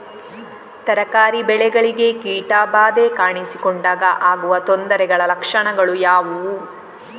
ತರಕಾರಿ ಬೆಳೆಗಳಿಗೆ ಕೀಟ ಬಾಧೆ ಕಾಣಿಸಿಕೊಂಡಾಗ ಆಗುವ ತೊಂದರೆಗಳ ಲಕ್ಷಣಗಳು ಯಾವುವು?